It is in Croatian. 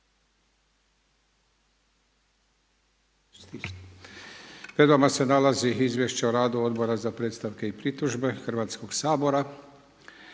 Hrvatskoga sabora